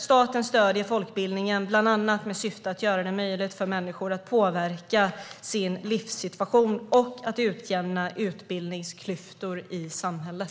Staten stöder folkbildningen bland annat med syfte att göra det möjligt för människor att påverka sin livssituation och att utjämna utbildningsklyftor i samhället.